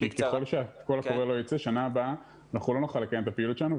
כי ככל שהקול הקורא לא ייצא בשנה הבאה לא נוכל לקיים את הפעילות שלנו,